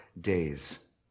days